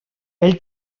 ell